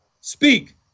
speak